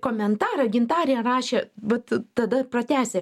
komentarą gintarė rašė vat tada pratęsi